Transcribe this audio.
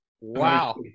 Wow